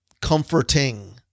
comforting